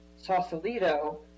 Sausalito